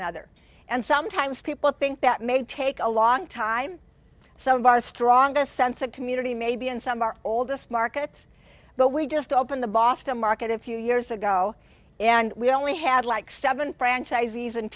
another and sometimes people think that may take a long time some of our strongest sense of community maybe in some our oldest markets but we just open the boston market a few years ago and we only had like seven franchisees and